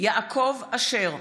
יעקב אשר,